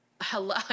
Hello